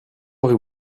aurez